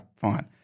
Fine